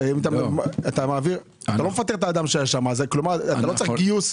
אתה לא צריך גיוס.